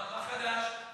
מה חדש?